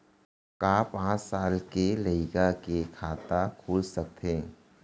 का पाँच साल के लइका के खाता खुल सकथे?